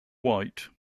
white